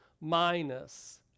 minus